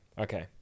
Okay